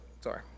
sorry